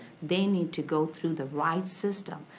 they need to go through the right system.